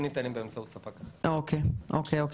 אוקי.